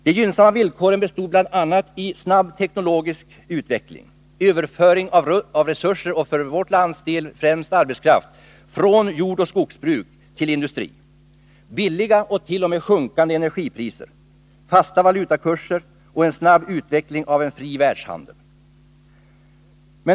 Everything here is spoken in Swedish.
De gynnsamma villkoren bestod bl.a. i en snabb teknologisk utveckling, överföring av resurser — för vårt lands del främst arbetskraft — från jordoch skogsbruk till industri, billiga och t.o.m. sjunkande energipriser, fasta valutakurser och en snabb utveckling av en fri världshandel.